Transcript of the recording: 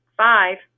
five